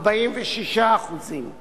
46%;